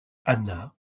anna